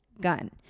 gun